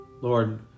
Lord